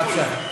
בבקשה.